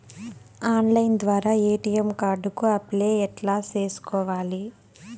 Online ద్వారా ATM card కు apply ఎట్లా సేసుకోవాలి?